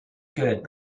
good